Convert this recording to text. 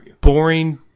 boring